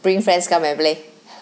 bring friends come and play